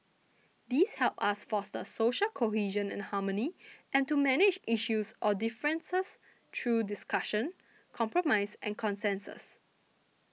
these help us foster social cohesion and harmony and to manage issues or differences through discussion compromise and consensus